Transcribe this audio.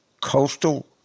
coastal